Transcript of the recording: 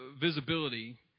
visibility